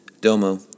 Domo